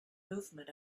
movement